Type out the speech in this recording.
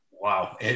wow